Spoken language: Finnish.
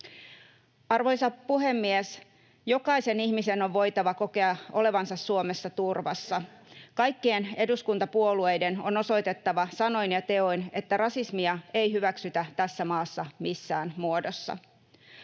Arvoisa puhemies! Jokaisen ihmisen on voitava kokea olevansa Suomessa turvassa. Kaikkien eduskuntapuolueiden on osoitettava sanoin ja teoin, että rasismia ei hyväksytä tässä maassa missään muodossa.